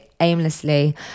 aimlessly